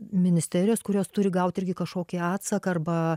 ministerijos kurios turi gauti irgi kažkokį atsaką arba